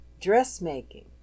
dressmaking